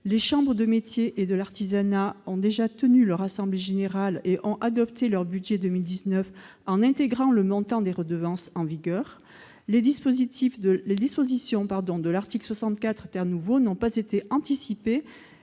les chambres de métiers et de l'artisanat ont déjà tenu leurs assemblées générales et ont adopté leur budget pour 2019, en intégrant le montant des redevances en vigueur. Enfin, les dispositions de l'article 64 n'ont pas été anticipées